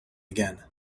again